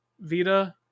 Vita